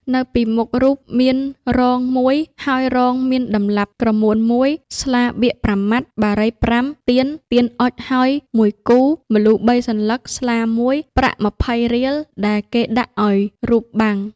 នៅពីមុខរូបមានរងមួយ ហើយរងមានដន្លាប់ក្រមួន១ ស្លាបៀក៥ម៉ាត់ បារី៥ ទៀន ទៀនអុជហើយ១គូ ម្លូ៣សន្លឹក ស្លាមួយ ប្រាក់២០រៀល ដែលគេដាក់ឲ្យរូបបាំង ។